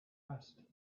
asked